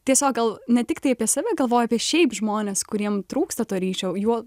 tiesiog gal ne tiktai apie save galvoja apie šiaip žmonės kuriem trūksta to ryšio juo